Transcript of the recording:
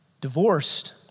divorced